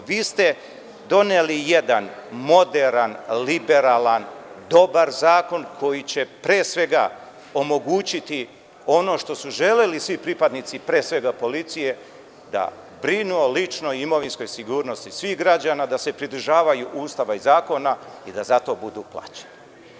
Vi ste doneli jedan moderan, liberalan, dobar zakon koji će pre svega omogućiti ono što su želeli svi pripadnici pre svega policije da brinu o ličnoj i imovinskoj sigurnosti svih građana da se pridržavaju Ustava i zakona i da zato budu plaćeni.